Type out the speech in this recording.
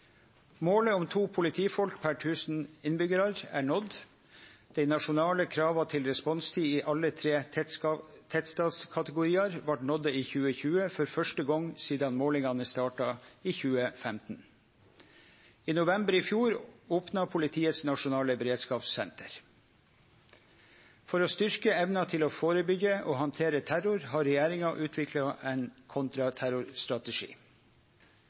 Målet om to politifolk per 1 000 innbyggjarar er nådd. Dei nasjonale krava til responstid i alle tre tettstadskategoriar vart nådde i 2020, for første gong sidan målingane starta i 2015. I november i fjor opna Politiets nasjonale beredskapssenter. For å styrkje evna til å førebyggje og handtere terror har regjeringa utvikla ein kontraterrorstrategi.